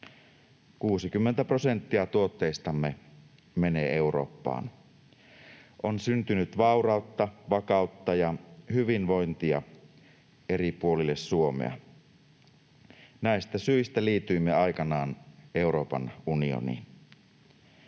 60 prosenttia tuotteistamme menee Eurooppaan. On syntynyt vaurautta, vakautta ja hyvinvointia eri puolille Suomea. Näistä syistä liityimme aikanaan Euroopan unioniin.